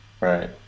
Right